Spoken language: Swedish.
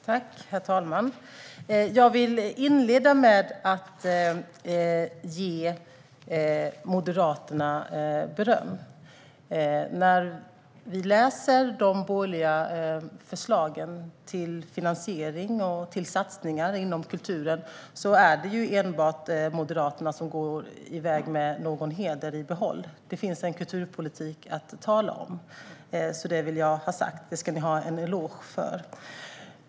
Herr talman! Jag vill inleda med att ge Moderaterna beröm. När vi läser de borgerliga förslagen till finansiering och till satsningar inom kulturen är det enbart Moderaterna som går iväg med någon heder i behåll. Det finns en kulturpolitik att tala om. Det vill jag ha sagt. Ni ska ha en eloge för det.